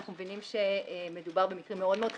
אנחנו מבינים שמדובר במקרים מאוד מאוד חריגים,